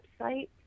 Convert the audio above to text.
website